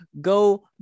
go